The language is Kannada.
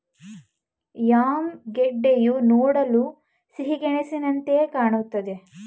ಯಾಮ್ ಗೆಡ್ಡೆಯು ನೋಡಲು ಸಿಹಿಗೆಣಸಿನಂತೆಯೆ ಕಾಣುತ್ತದೆ